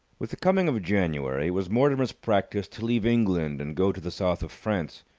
with the coming of january, it was mortimer's practice to leave england and go to the south of france,